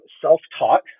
self-taught